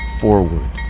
forward